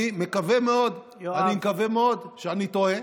אני מקווה מאוד, אני מקווה מאוד שאני טועה.